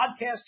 podcast